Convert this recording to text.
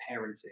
parenting